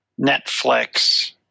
Netflix